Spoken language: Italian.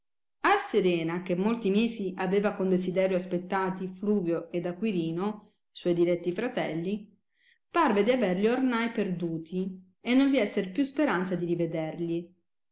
a serena che molti mesi aveva con desiderio aspettati fluvio ed acquirino suoi diletti fratelli parve di averli ornai perduti e non gli esser più speranza di rivedergli